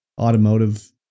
automotive